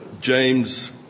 James